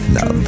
Now